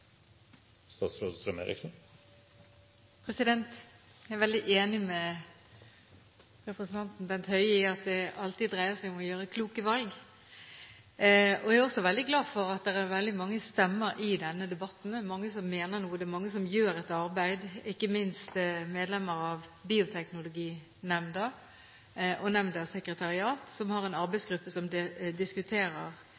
at det alltid dreier seg om å gjøre kloke valg. Jeg er også veldig glad for at det er veldig mange stemmer i denne debatten. Det er mange som mener noe, og det er mange som gjør et arbeid – ikke minst medlemmer av Bioteknologinemnda og nemndas sekretariat, som har en